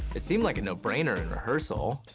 it seemed like a no-brainer in rehearsal.